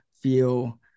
feel